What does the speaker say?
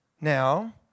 Now